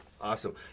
awesome